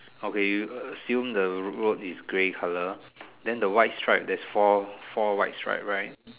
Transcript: okay you assume the road is grey colour than the white stripe there is four four white stripe right